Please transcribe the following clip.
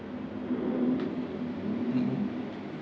mmhmm